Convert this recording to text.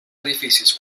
edificis